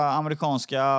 amerikanska